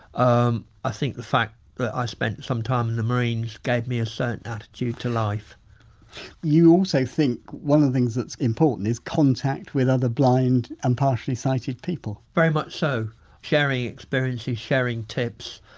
um i think the fact that i spent some time in the marines gave me a certain attitude to life you also think one of the things that's important is contact with other blind and partially sighted people very much so sharing experiences, sharing tips,